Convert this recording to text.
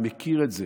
ומכיר את זה